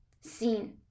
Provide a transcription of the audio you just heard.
seen